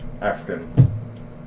African